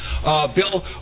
Bill